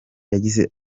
yagize